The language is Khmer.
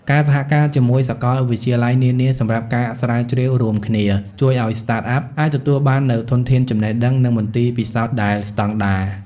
ការសហការជាមួយសកលវិទ្យាល័យនានាសម្រាប់ការស្រាវជ្រាវរួមគ្នា ជួយឱ្យ Startup អាចទទួលបាននូវធនធានចំណេះដឹង និងមន្ទីរពិសោធន៍ដែលស្តង់ដារ។